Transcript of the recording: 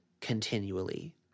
continually